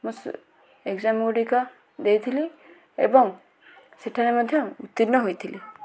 ମୁଁ ସୁ ଏଗ୍ଜାମ୍ ଗୁଡ଼ିକ ଦେଇଥିଲି ଏବଂ ସେଠାରେ ମଧ୍ୟ ଉତ୍ତୀର୍ଣ୍ଣ ହୋଇଥିଲି